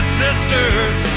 sisters